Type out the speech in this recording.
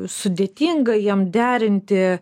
sudėtinga jiem derinti